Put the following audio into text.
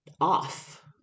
off